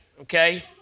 okay